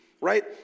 right